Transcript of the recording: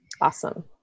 Awesome